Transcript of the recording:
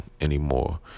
anymore